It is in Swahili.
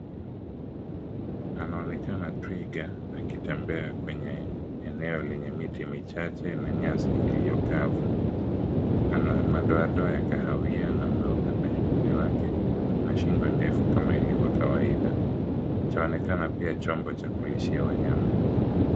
Anaonekana twiga, akitembea kwenye eneo lenye miti michache na nyasi iliyo kavu. Ana madoadoa ya kahawia na meupe kwenye mwili wake na shingo ndefu kama ilivyo kawaida. Chaonekana pia chombo cha kulishia wanyama.